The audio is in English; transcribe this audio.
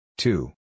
Two